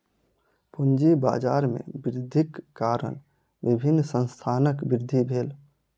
पूंजी बाजार में वृद्धिक कारण विभिन्न संस्थानक वृद्धि भेल